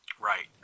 Right